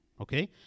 okay